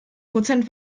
prozent